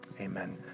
amen